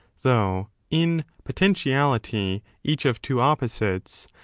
though in poten tiality each of two opposites,